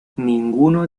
ninguno